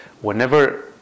whenever